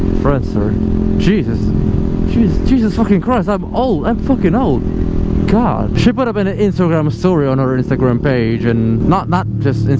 friendster jesus jesus jesus fuckin' christ i'm old i'm fuckin' old god! she put up an ah instagram story on her instagram page and not not just